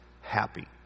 happy